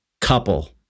couple